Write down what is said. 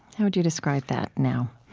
how would you describe that now?